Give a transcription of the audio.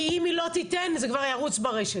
כי אם היא לא תיתן זה כבר ירוץ ברשת.